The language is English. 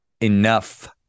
enough